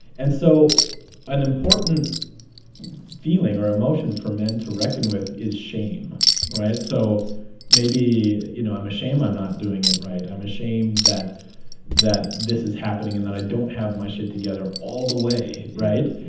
and so an important feeling or emotion for men to reckon with is shame. all right. so maybe, you know, i'm a shame i'm not doing it right. i'm ashamed that that this is happening and that i don't have my shit together all the way. right.